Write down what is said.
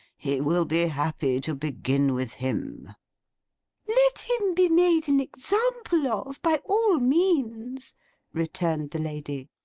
he will be happy to begin with him let him be made an example of, by all means returned the lady.